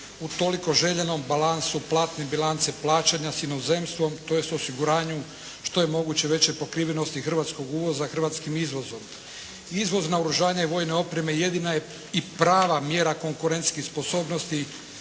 u toliko željenom balansu platne bilance plaćanja s inozemstvom, tj. osiguranju što je moguće veće pokrivenosti hrvatskog uvoza hrvatskim izvozom. Izvoz naoružanja i vojne opreme jedina je i prava mjera konkurentskih sposobnosti